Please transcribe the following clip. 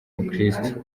umukirisitu